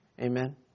Amen